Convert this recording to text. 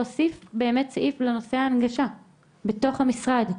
להוסיף באמת סעיף של הנגשה בתוך המשרד.